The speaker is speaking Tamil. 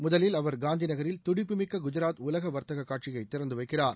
முதலில் அவர் காந்தி நகரில் துடிப்புமிக்க குஜராத் உலக வர்த்தக காட்சியை திறந்து வைக்கிறார்